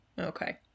Okay